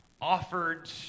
offered